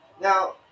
Now